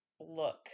look